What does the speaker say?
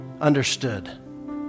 understood